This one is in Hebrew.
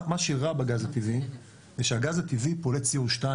מה שרע בגז הטבעי זה שהגז הטבעי פולט CO2